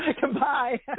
Goodbye